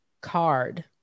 card